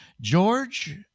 George